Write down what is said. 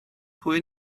pwy